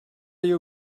you